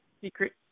secret